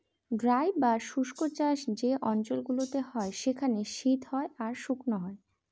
dry বা শুস্ক চাষ যে অঞ্চল গুলোতে হয় সেখানে শীত হয় আর শুকনো হয়